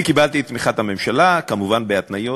אני קיבלתי את תמיכת הממשלה, כמובן בהתניות.